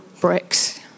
bricks